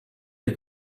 der